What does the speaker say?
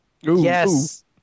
Yes